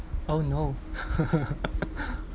oh no